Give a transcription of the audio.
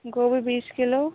गोभी बीस किलो